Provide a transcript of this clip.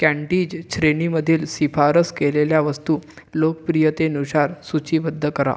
candies श्रेणीमधील शिफारस केलेल्या वस्तू लोकप्रियतेनुसार सूचीबद्ध करा